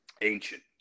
ancient